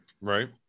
Right